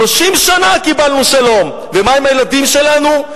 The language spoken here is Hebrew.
30 שנה קיבלנו שלום, ומה עם הילדים שלנו?